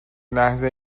لحظه